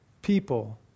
people